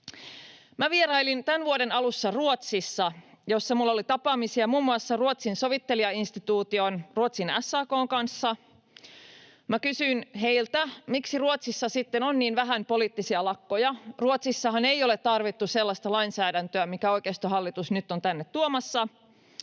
Minä vierailin tämän vuoden alussa Ruotsissa, jossa minulla oli tapaamisia muun muassa Ruotsin sovittelijainstituution, Ruotsin SAK:n kanssa. Minä kysyin heiltä, miksi Ruotsissa sitten on niin vähän poliittisia lakkoja. Ruotsissahan ei ole tarvittu sellaista lainsäädäntöä, minkä oikeistohallitus nyt on tänne tuomassa.